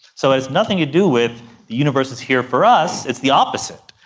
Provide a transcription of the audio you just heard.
so it's nothing to do with the universe is here for us, it's the opposite.